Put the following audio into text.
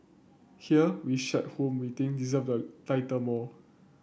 here we share whom we think deserve the title more